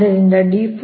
ಆದ್ದರಿಂದ d4 7